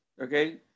okay